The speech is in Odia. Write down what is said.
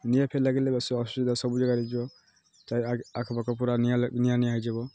ନିଆଁ ଫିଆଁ ଲାଗିଲେ ବେଶୀ ଅସୁବିଧା ସବୁ ଜାଗାରେ ହୋଇଯିବ ତ ଆଖପଖ ପୁରା ନିଆଁ ନିଆଁ ନିଆଁ ହୋଇଯିବ